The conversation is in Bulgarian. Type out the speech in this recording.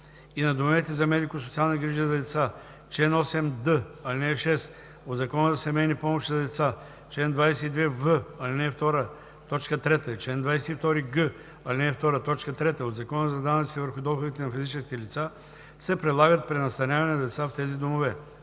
и на домовете за медико-социални грижи за деца чл. 8д, ал. 6 от Закона за семейни помощи за деца, чл. 22в, ал. 2, т. 3 и чл. 22г, ал. 2, т. 3 от Закона за данъците върху доходите на физическите лица се прилагат при настаняване на деца в тези домове.